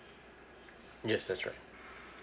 yes that's right